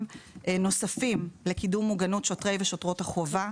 נוספים לקידום מוגנות שוטרות ושוטרי החובה.